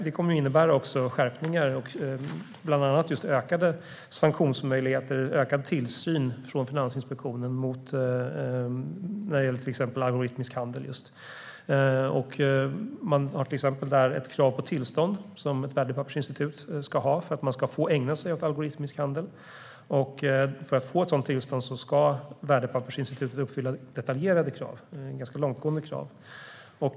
Det kommer att innebära skärpningar, bland annat ökade sanktionsmöjligheter och ökad tillsyn från Finansinspektionen när det gäller till exempel just algoritmisk handel. Man har till exempel ett krav på tillstånd som värdepappersinstitut ska ha för att få ägna sig åt algoritmisk handel. För att få ett sådant tillstånd ska värdepappersinstitutet uppfylla detaljerade och ganska långtgående krav.